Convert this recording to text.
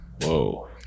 Whoa